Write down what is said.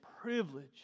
privilege